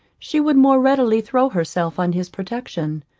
she would more readily throw herself on his protection.